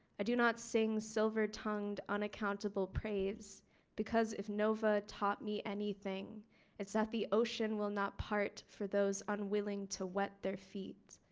i do not sing silver tongued unaccountable praise because if nova taught me anything it's that the ocean will not part for those unwilling to wet their feet.